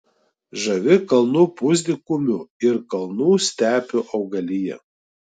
žavi kalnų pusdykumių ir kalnų stepių augalija